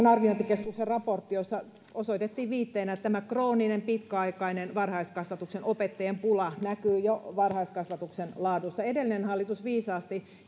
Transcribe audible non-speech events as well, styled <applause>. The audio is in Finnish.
arviointikeskuksen raportti jossa osoitettiin viitteenä että tämä krooninen pitkäaikainen varhaiskasvatuksen opettajien pula näkyy jo varhaiskasvatuksen laadussa edellinen hallitus viisaasti <unintelligible>